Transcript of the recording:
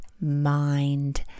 mind